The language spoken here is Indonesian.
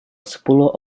sepuluh